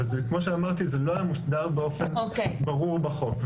כמו שאמרתי, זה לא היה מוסדר באופן ברור בחוק.